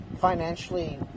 financially